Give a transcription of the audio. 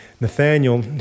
Nathaniel